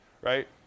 right